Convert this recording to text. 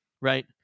right